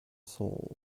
soul